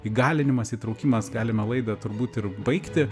įgalinimas įtraukimas galime laidą turbūt ir baigti